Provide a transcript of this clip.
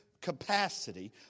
capacity